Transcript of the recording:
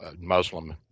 Muslim